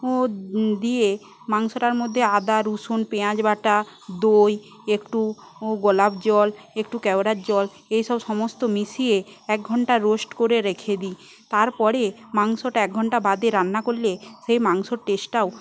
ও দিয়ে মাংসটার মধ্যে আদা রসুন পেয়াঁজ বাটা দই একটু গোলাপ জল একটু কেওড়ার জল এইসব সমস্ত মিশিয়ে এক ঘণ্টা রোস্ট করে রেখে দিই তারপরে মাংসটা এক ঘণ্টা বাদে রান্না করলে সেই মাংসের টেস্টটাও